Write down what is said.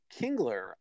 kingler